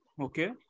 Okay